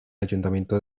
ayuntamiento